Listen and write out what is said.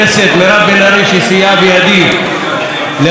שסייעה בידי להביא את ההבנות,